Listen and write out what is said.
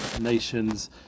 nations